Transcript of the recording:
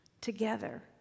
together